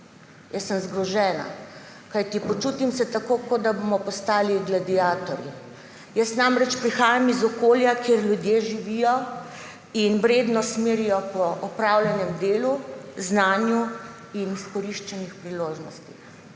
Jaz sem zgrožena, kajti počutim se tako, kot da bomo postali gladiatorji. Jaz namreč prihajam iz okolja, kjer ljudje živijo in vrednost merijo po opravljenem delu, znanju in izkoriščenih priložnostih.